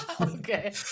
Okay